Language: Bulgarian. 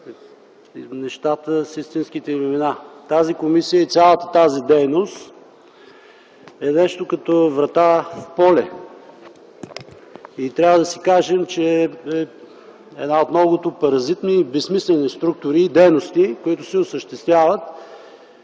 нещата с истинските им имена. Тази комисия и цялата тази дейност е нещо като „врата в поле” и трябва да си кажем, че е една от многото паразитни и безсмислени структури и дейности, които се осъществяват,